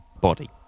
Body